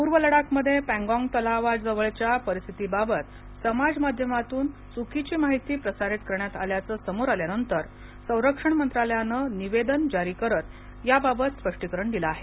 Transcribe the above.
पूर्व लडाख मध्ये पेंगॉग तलावा जवळच्या परिस्थितीबाबत समाज माध्यमातून चुकीची माहिती प्रसारित करण्यात आल्याचं समोर आल्यानंतर संरक्षण मंत्रालयानं निवेदन जारी करत याबाबत स्पष्टीकरण दिलं आहे